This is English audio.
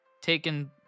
taken